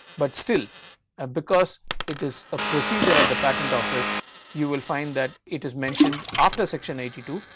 but still ah because it is a procedure at the patent office you will find that it is mentioned after section eighty two,